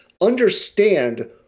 understand